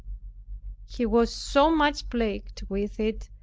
he was so much plagued with it,